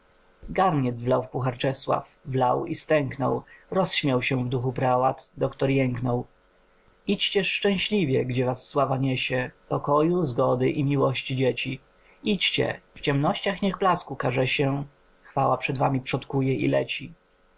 wlał w puhar czesław wlał i stęknął rozśmiał się w duchu prałat doktor jęknął idźcież szczęśliwie gdzie was sława niesie pokoju zgody i miłości dzieci idźcie w ciemnościach niech blask ukaże się chwała przed wami przodkuje i leci